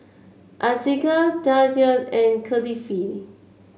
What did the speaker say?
Aizat Khadija and Kefli